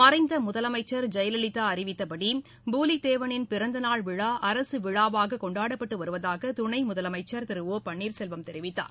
மறைந்த முதலமைச்சர் ஜெயலலிதா அறிவித்தபடி பூலித்தேவரின் பிறந்தநாள் விழா அரசு விழாவாக கொண்டாடப்பட்டு வருவதாக துணை முதலமைச்சர் திரு ஓ பன்வீர்செல்வம் தெரிவித்தார்